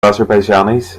azerbaijanis